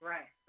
Right